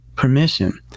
permission